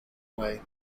way